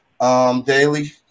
Daily